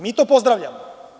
Mi to pozdravljamo.